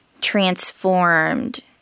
transformed